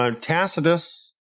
Tacitus